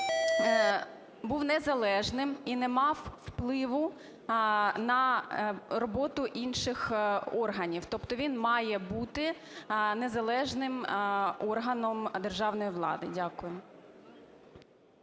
був незалежним і не мав впливу на роботу інших органів. Тобто він має бути незалежним органом державної влади. Дякую.